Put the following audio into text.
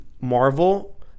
Marvel